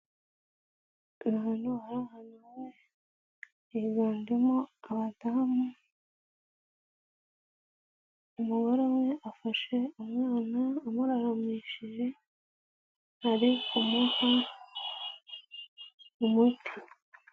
Ahantu hari ahantu higanjemo abadamu, umugore umwe afashe umwana amuraramishije ari kumuha umuti.